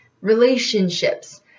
relationships